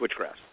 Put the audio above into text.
switchgrass